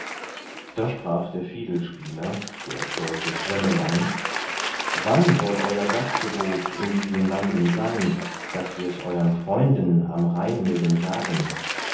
da sprach der fiedelspieler der stolze schwemmelein wann soll euer gastgebot in diesen landen sein daß wirs euern freunden am rhein mögen sagen